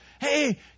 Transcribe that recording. Hey